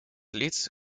лиц